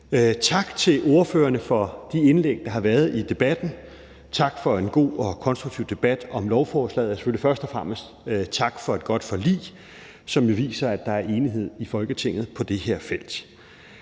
Tak til ordførerne for de indlæg, der har været i debatten. Tak for en god og konstruktiv debat om lovforslaget, og selvfølgelig først og fremmest tak for et godt forlig, som jo viser, at der er enighed i Folketinget på det her felt.